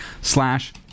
slash